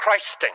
Christing